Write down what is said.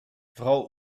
frau